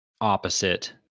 opposite